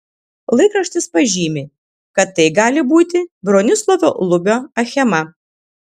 laikraštis pažymi kad tai gali būti bronislovo lubio achema